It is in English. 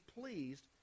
pleased